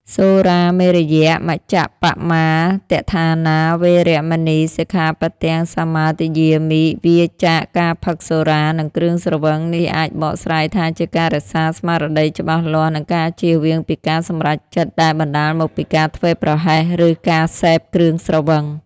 សុរាមេរយមជ្ជប្បមាទដ្ឋានា វេរមណី សិក្ខាបទំ សមាទិយាមិ វៀរចាកការផឹកសុរា និងគ្រឿងស្រវឹង នេះអាចបកស្រាយថាជាការរក្សាស្មារតីច្បាស់លាស់ និងការជៀសវាងពីការសម្រេចចិត្តដែលបណ្ដាលមកពីការធ្វេសប្រហែស ឬការសេព គ្រឿងស្រវឹង។